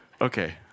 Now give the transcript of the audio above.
Okay